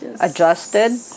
adjusted